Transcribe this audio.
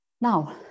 now